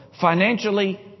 financially